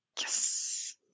Yes